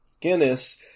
guinness